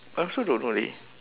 I also don't know leh